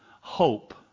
hope